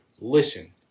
listen